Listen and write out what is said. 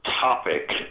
topic